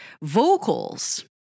vocals